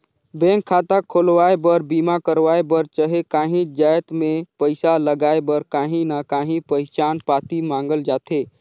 bank खाता खोलवाए बर, बीमा करवाए बर चहे काहींच जाएत में पइसा लगाए बर काहीं ना काहीं पहिचान पाती मांगल जाथे